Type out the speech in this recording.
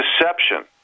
Deception